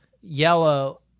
Yellow